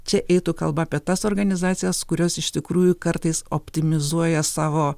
čia eitų kalba apie tas organizacijas kurios iš tikrųjų kartais optimizuoja savo